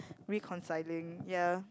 reconciling ya